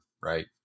Right